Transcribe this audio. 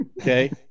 Okay